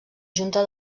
junta